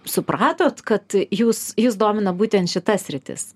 supratot kad jus jus domina būtent šita sritis